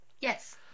Yes